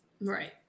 Right